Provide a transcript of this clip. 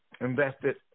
invested